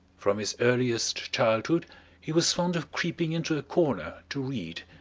from his earliest childhood he was fond of creeping into a corner to read,